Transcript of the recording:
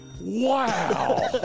Wow